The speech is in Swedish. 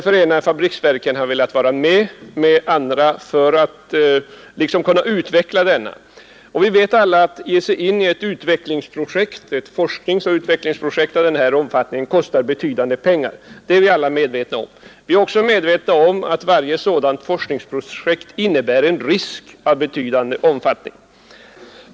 Förenade fabriksverken har velat vara med tillsammans med andra för att kunna utveckla denna motor. Att ge sig in i ett forskningsoch utvecklingsprojekt av den här omfattningen kostar betydande pengar, såsom vi alla vet. Vi är också medvetna om att varje sådant forskningsprojekt innebär en risk av betydande omfattning.